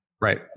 right